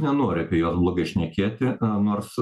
nenoriu apie juos blogai šnekėti nors